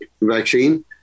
vaccine